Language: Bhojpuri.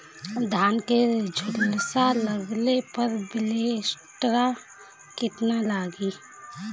धान के झुलसा लगले पर विलेस्टरा कितना लागी?